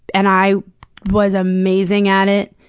and i was amazing at it.